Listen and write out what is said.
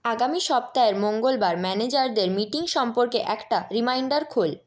আগামী সপ্তাহের মঙ্গলবার ম্যানেজারদের মিটিং সম্পর্কে একটা রিমাইন্ডার খোল